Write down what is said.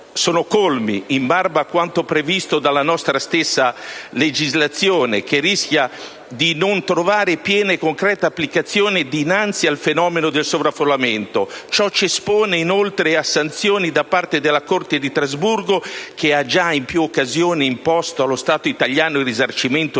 sono colmi, in barba a quanto previsto dalla nostra stessa legislazione, che rischia di non trovare piena e concreta applicazione dinanzi al fenomeno del sovraffollamento. Ciò ci espone a sanzioni da parte della Corte di Strasburgo, che in più occasioni ha già imposto allo Stato italiano il risarcimento